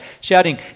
shouting